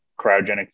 cryogenic